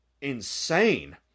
insane